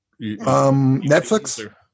netflix